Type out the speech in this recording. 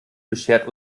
beschert